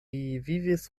vivis